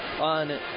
on